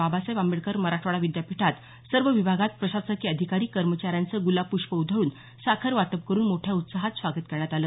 बाबासाहेब आंबेडकर मराठवाडा विद्यापीठात सर्व विभागात प्रशासकीय अधिकारी कर्मचाऱ्यांचं गुलाब पुष्प उधळून साखर वाटप करून मोठ्या उत्साहात स्वागत करण्यात आलं